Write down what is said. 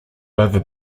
over